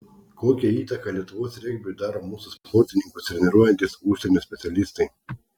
kokią įtaką lietuvos regbiui daro mūsų sportininkus treniruojantys užsienio specialistai